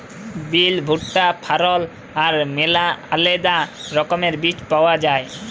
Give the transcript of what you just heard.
বিল, ভুট্টা, ফারল আর ম্যালা আলেদা রকমের বীজ পাউয়া যায়